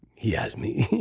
he asked me.